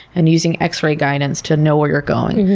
and using x ray guidance to know where you're going.